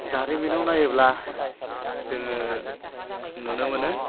जारिमिनाव नायोब्ला जोङो नुनो मोनो